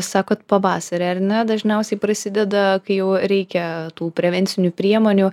sakot pavasarį ar ne dažniausiai prasideda kai jau reikia tų prevencinių priemonių